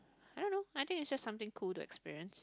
I don't know I think is just something cool to experience